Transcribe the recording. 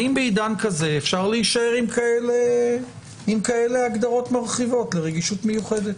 האם בעידן כזה אפשר להישאר עם כאלה הגדרות מרחיבות ל"רגישות מיוחדת"?